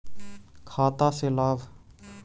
खाता से लाभ?